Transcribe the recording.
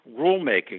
rulemaking